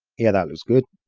yeah that looks good,